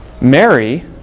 Mary